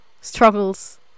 struggles